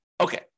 Okay